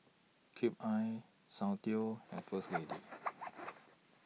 Cube I Soundteoh and First Lady